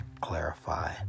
clarify